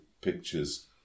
pictures